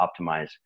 optimize